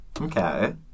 Okay